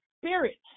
Spirit